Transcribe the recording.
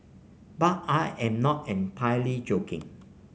but I am not entirely joking